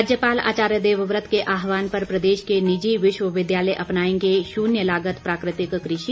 राज्यपाल आचार्य देवव्रत के आहवान पर प्रदेश के निजी विश्वविद्यालय अपनाएंगे शून्य लागत प्राकृतिक कृषि